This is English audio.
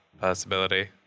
possibility